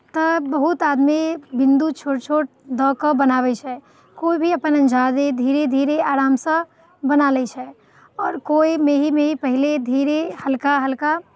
तऽ बहुत आदमी बिन्दु छोट छोट दऽ कऽ बनाबै छै कोइ भी अंदाजे धीरे धीरे आरामसँ बना लै छै आओर कोइ मेहीँ मेहीँ पहिले धीरे हल्का हल्का